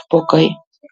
špokai